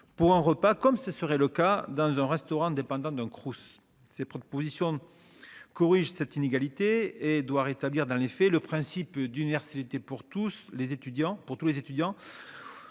Pour un repas comme ce serait le cas dans un restaurant dépendant d'un Crous ces propositions. Corrige cette inégalité et doit rétablir dans les faits le principe d'universalité pour tous les étudiants